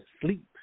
sleep